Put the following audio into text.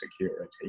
security